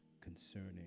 concerning